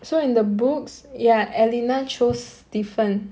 so in the books ya elena choose stefan